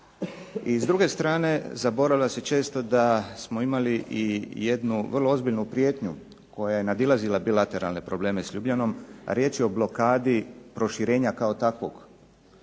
i s druge strane zaboravlja se često da smo imali i jednu vrlo ozbiljnu prijetnju koja je nadilazila bilateralne probleme s Ljubljanom, a riječ je o blokadi proširenja kao takvog,